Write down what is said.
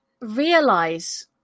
realize